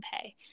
pay